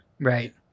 Right